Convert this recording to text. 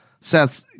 Seth